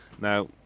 Now